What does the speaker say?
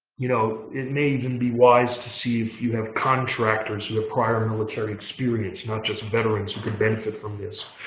you know it may even be wise to see if you have contractors with a prior military experience, not just veterans who could benefit from this.